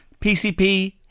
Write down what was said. PCP